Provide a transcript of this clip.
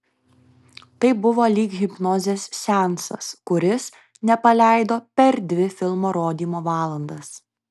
tai buvo lyg hipnozės seansas kuris nepaleido per dvi filmo rodymo valandas